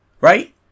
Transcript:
Right